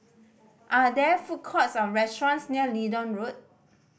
are there food courts or restaurants near Leedon Road